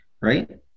right